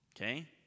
Okay